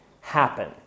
happen